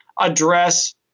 address